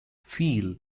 feel